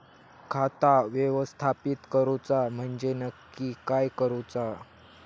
खाता व्यवस्थापित करूचा म्हणजे नक्की काय करूचा?